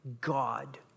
God